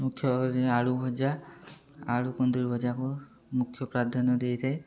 ମୁଖ୍ୟ ଆଳୁ ଭଜା ଆଳୁ କୁନ୍ଦୁରି ଭଜାକୁ ମୁଖ୍ୟ ପ୍ରାଧାନ୍ୟ ଦେଇଥାଏ